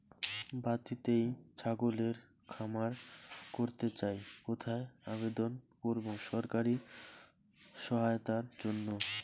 বাতিতেই ছাগলের খামার করতে চাই কোথায় আবেদন করব সরকারি সহায়তার জন্য?